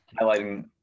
highlighting